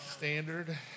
standard